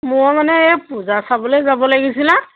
মই মানে এই পূজা চাবলে যাব লাগিছিলে